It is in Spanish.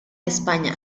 españa